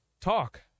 talk